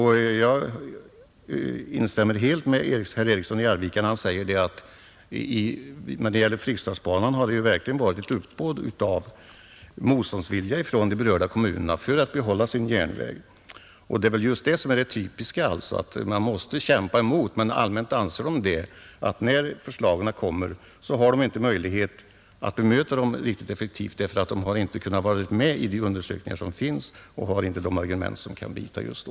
Jag instämmer helt med herr Eriksson i Arvika när han säger att det beträffande Fryksdalsbanan verkligen varit ett uppbåd av motståndsvilja från de berörda kommunerna för att få behålla sin järnväg. Det är väl typiskt just detta att man anser sig nödsakad att kämpa emot och att det när förslagen läggs fram inte finns någon möjlighet att bemöta dem effektivt, därför att man inte haft tillfälle att vara med i de undersökningar som gjorts. Därför kan man heller inte komma med argument som kan bita just då.